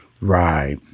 Right